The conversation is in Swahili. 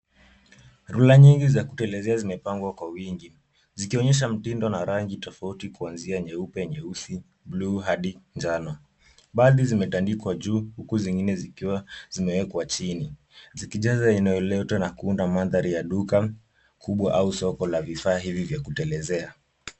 Rula nyingi za kutelezea zimepangwa kwa wingi zikionyesha mtindo na rangi tofauti kuanzia nyeupe, nyeusi, bluu hadi njano. Baadhi zimetandikwa juu huku zingine zikiwa zimewekwa chini zikijaza eneo lote na kuunda mandhari ya duka kubwa au soko la vifaa hivi vya kutelezea.